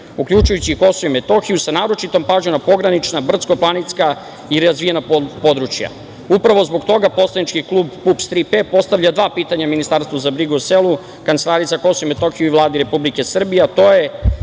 uključujući i KiM sa naročitom pažnjom na pogranična, brdsko-planinska i razvijena područja. Upravo zbog toga poslanički klub PUPS „Tri P“ postavlja dva pitanja Ministarstvu za brigu o selu, Kancelariji za KiM i Vladi Republike Srbije.